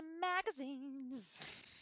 magazines